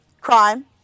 Crime